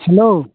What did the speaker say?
hello